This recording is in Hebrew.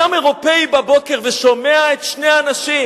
קם אירופי בבוקר ושומע את שני האנשים,